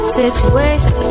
situation